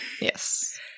Yes